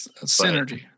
Synergy